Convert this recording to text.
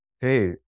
hey